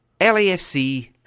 LAFC